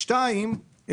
שתיים,